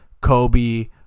kobe